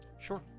Sure